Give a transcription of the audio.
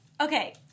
okay